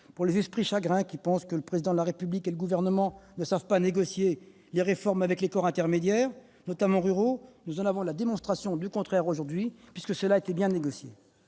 que des esprits chagrins pensent encore que le Président de la République et le Gouvernement ne savent pas négocier les réformes avec les corps intermédiaires, notamment ruraux, nous avons la démonstration du contraire avec ce projet de loi qui a été bien négocié.